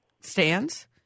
stands